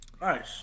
nice